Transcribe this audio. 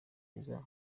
rwiza